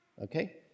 Okay